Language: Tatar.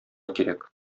кирәк